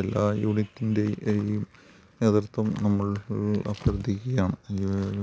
എല്ലാ യൂണിറ്റിൻറ്റേയും നേതൃത്വം നമ്മൾ അഭ്യർത്ഥിക്കുകയാണ്